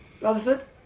Rutherford